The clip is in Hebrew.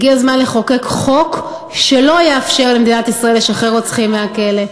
הגיע הזמן לחוקק חוק שלא יאפשר למדינת ישראל לשחרר רוצחים מהכלא,